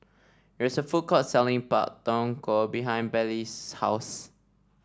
there is a food court selling Pak Thong Ko behind Bailee's house